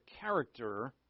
character